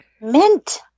Mint